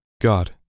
God